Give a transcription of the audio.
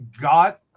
got